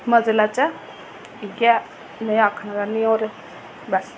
मज़ै लैचै इयै में आखना चाह्न्नीं होर बस